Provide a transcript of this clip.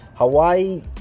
Hawaii